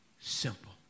simple